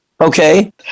Okay